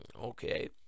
Okay